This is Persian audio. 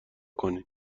کنین